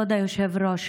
כבוד היושב-ראש,